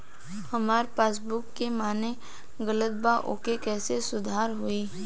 हमार पासबुक मे नाम गलत बा ओके कैसे सुधार होई?